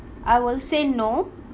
I will say no